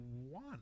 One